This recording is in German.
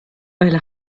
weil